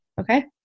Okay